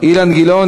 אילן גילאון,